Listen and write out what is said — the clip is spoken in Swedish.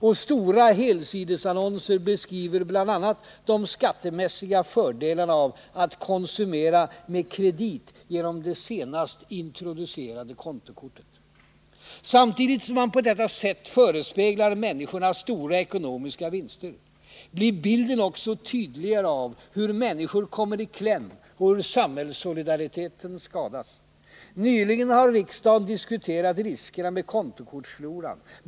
Och stora helsidesannonser beskriver bl.a. de skattemässiga fördelarna av att konsumera med kredit genom det senast introducerade kontokortet. Samtidigt som man på detta sätt förespeglar människorna stora ekonomiska vinster blir bilden också tydligare av hur människor kommer i kläm och hur samhällssolidariteten skadas. Nyligen har riksdagen diskuterat riskerna med kontokortsfloran.